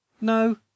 No